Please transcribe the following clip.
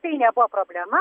kai nebuvo problema